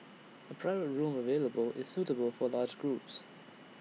A private room available is suitable for large groups